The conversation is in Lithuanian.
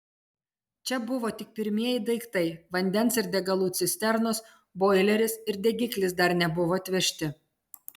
čia buvo tik pirmieji daiktai vandens ir degalų cisternos boileris ir degiklis dar nebuvo atvežti